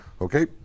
okay